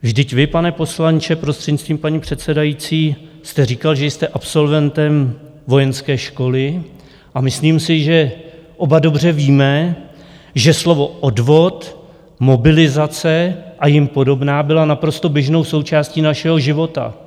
Vždyť vy, pane poslanče, prostřednictvím paní předsedající, jste říkal, že jste absolventem vojenské školy, a myslím si, že oba dobře víme, že slova odvod, mobilizace a jim podobná byla naprosto běžnou součástí našeho života.